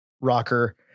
rocker